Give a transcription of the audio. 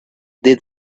did